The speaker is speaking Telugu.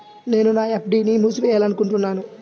నేను నా ఎఫ్.డీ ని మూసివేయాలనుకుంటున్నాను